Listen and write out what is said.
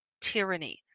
tyranny